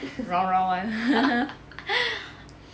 round round [one]